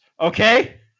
Okay